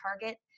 target